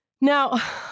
Now